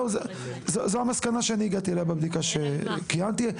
זאת המסקנה שהגעתי אליה בבדיקה שקיימתי.